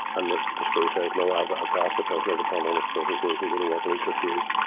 and the, the screw says, no. i've, i've asked the prisoner to put on on his prison clothes and go to work, and he's refused.